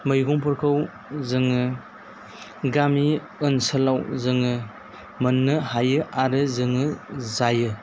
मैगंफोरखौ जोङो गामि ओनसोलाव जोङो मोन्नो हायो आरो जोङो जायो